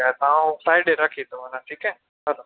त ऐं फ़्राईडे रखी थो वञा हा ठीकु आहे हलो